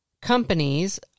companies